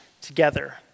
together